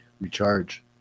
recharge